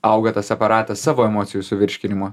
auga tas aparatas savo emocijų suvirškinimo